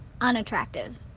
unattractive